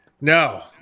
No